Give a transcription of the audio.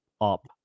up